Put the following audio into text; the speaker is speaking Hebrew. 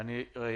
-- גם אני רוצה.